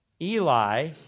Eli